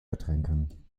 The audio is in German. ertränken